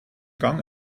gang